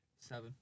seven